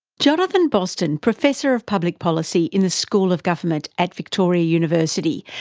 jonathan boston, professor of public policy in the school of government at victoria university,